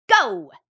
Go